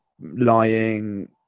lying